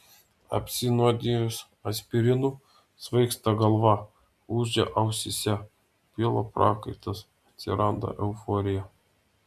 apsinuodijus aspirinu svaigsta galva ūžia ausyse pila prakaitas atsiranda euforija